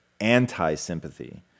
anti-sympathy